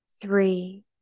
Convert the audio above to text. three